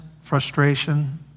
frustration